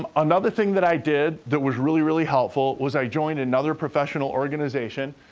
um another thing that i did that was really, really helpful was i joined another professional organization,